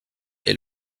est